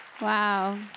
Wow